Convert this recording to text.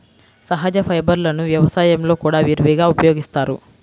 సహజ ఫైబర్లను వ్యవసాయంలో కూడా విరివిగా ఉపయోగిస్తారు